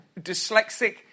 dyslexic